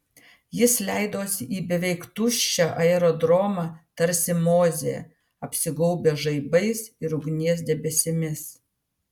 jis leidosi į beveik tuščią aerodromą tarsi mozė apsigaubęs žaibais ir ugnies debesimis